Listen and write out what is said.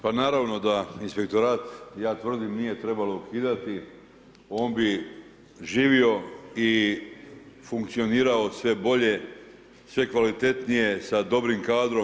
Pa naravno da inspektorat, ja tvrdim, nije trebalo ukidati on bi živio i funkcionirao sve bolje, sve kvalitetnije sa dobrim kadrom.